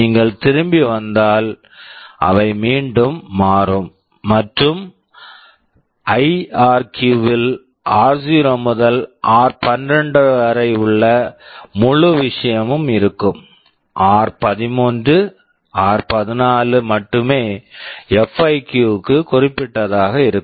நீங்கள் திரும்பி வந்தால் அவை மீண்டும் மாறும் மற்றும் ஐஆர்கிவ் IRQ இல் ஆர்0 r0 முதல் ஆர்12 r12 வரை உள்ள முழு விஷயமும் இருக்கும் ஆர்13 r13 ஆர்14 r14 மட்டுமே எப்ஐகிவ் FIQ க்கு குறிப்பிட்டதாக இருக்கும்